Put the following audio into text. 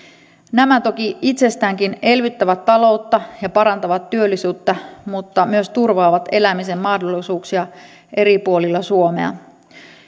nämä toki itsestäänkin elvyttävät taloutta ja parantavat työllisyyttä mutta myös turvaavat elämisen mahdollisuuksia eri puolilla suomea